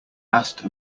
asked